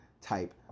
type